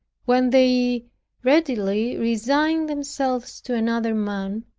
when they readily resign themselves to another man,